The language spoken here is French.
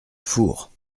four